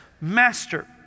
master